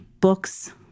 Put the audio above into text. books